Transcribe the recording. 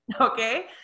Okay